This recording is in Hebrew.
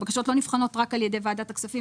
הבקשות לא נבחנות רק על ידי ועדת הכספים,